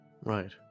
Right